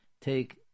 take